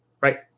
right